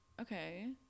Okay